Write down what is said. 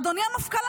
אדוני המפכ"ל,